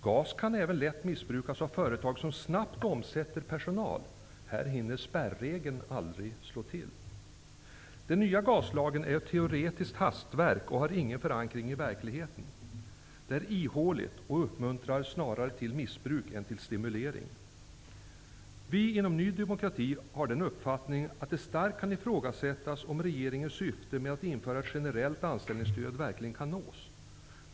GAS kan även lätt missbrukas av företag som snabbt omsätter personal. Spärregeln hinner aldrig slå till. Den nya GAS-lagen är ett teoretiskt hastverk och har ingen förankring i verkligheten. Den är ihålig och uppmuntrar snarare till missbruk än till stimulering. Vi inom Ny demokrati har den uppfattningen att det starkt kan ifrågasättas om regeringens syfte med att införa ett generellt anställningsstöd verkligen kan nås.